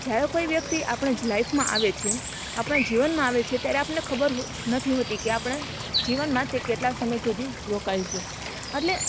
જ્યારે કોઈ વ્યક્તિ આપણા જ લાઈફમાં આવે છે આપણા જીવનમાં આવે છે ત્યારે આપણને ખબર નથી હોતી કે આપણે જીવનમાં તે કેટલા સમય સુધી રોકાય છે એટલે